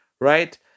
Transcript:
right